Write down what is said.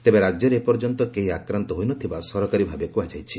ତେବେ ରାଜ୍ୟରେ ଏପର୍ଯ୍ୟନ୍ତ କେହି ଆକ୍ରାନ୍ତ ହୋଇନଥିବା ସରକାରୀ ଭାବେ କୁହାଯାଇଛି